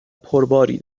پرباری